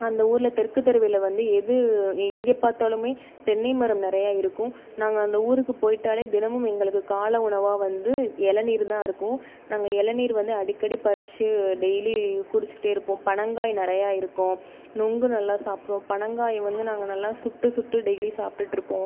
அந்த ஊரில் தெற்குத்தெருவில் வந்து எது எங்கே பார்த்தாலுமே தென்னை மரம் நிறைய இருக்கும் நாங்கள் அந்த ஊருக்குப் போயிட்டாலே தினமும் எங்களுக்கு காலை உணவாக வந்து இளநீர் தான் இருக்கும் நாங்கள் இளநீர் வந்து அடிக்கடி பறிச்சு டெய்லி குடிச்சுக்கிட்டே இருப்போம் பனங்காய் நிறைய இருக்கும் நுங்கு நல்லா சாப்பிடுவோம் பனங்காய் வந்து நாங்கள் நல்லா சுட்டு சுட்டு டெய்லி சாப்பிட்டுட்டுருப்போம்